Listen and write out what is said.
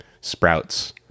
sprouts